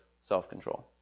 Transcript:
self-control